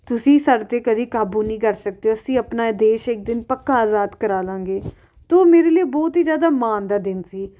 ਤੁਸੀਂ ਸਾਡੇ 'ਤੇ ਕਦੀ ਕਾਬੂ ਨਹੀਂ ਕਰ ਸਕਦੇ ਅਸੀਂ ਆਪਣਾ ਇਹ ਦੇਸ਼ ਇੱਕ ਦਿਨ ਪੱਕਾ ਆਜ਼ਾਦ ਕਰਾ ਲਾਂਗੇ ਤਾਂ ਉਹ ਮੇਰੇ ਲਈ ਬਹੁਤ ਹੀ ਜ਼ਿਆਦਾ ਮਾਣ ਦਾ ਦਿਨ ਸੀ